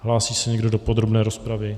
Hlásí se někdo do podrobné rozpravy?